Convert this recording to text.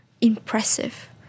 impressive